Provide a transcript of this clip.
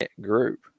group